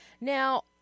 Now